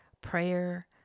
prayer